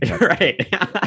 Right